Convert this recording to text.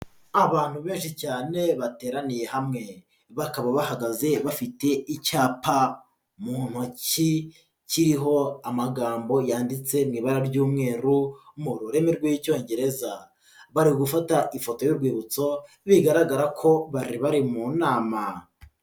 Abantu benshi cyane bateraniye hamwe, bakaba bahagaze bafite icyapa mu ntoki, kiriho amagambo yanditse mu ibara ry'umweru, mu rurimi rw'icyongereza, bari gufata ifoto y'urwibutso bigaragara ko bari bari mu nama.